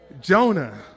Jonah